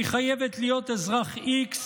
אני חייבת להיות אזרח x,